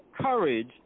courage